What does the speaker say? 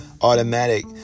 automatic